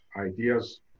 ideas